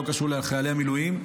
לא קשור לחיילי המילואים,